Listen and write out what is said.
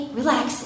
relax